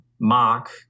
mock